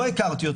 לא הכרתי אותו.